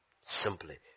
Simply